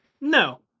no